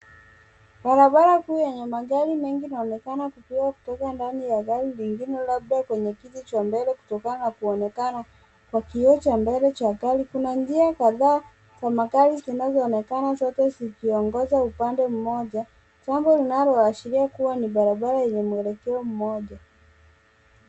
Barabara kuu enye magari mingi na unaonekana kukuwa kutoka ndani ya gari lingine labda kwenye kiti cha mbele kutokana na kuonekana kwa kioo cha mbele cha gari, kuna njia kataa za gari zinazoonekana zote zikiongoza upande mmoja, jambo linaloashiria kuwa ni barabara enye mwelekeo mmoja.